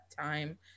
time